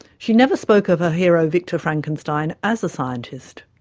she never spoke of her hero, victor frankenstein as a scientist.